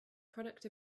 product